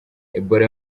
ebola